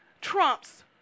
Trump's